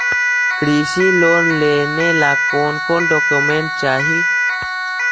कृषि लोन लेने ला कोन कोन डोकोमेंट चाही?